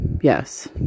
Yes